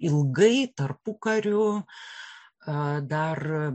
ilgai tarpukariu dar